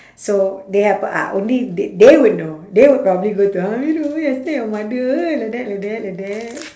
so they happen ah only they they would know they would probably go to amirul eh last time your mother eh like that like that like that